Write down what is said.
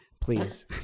Please